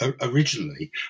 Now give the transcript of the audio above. originally